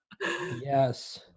yes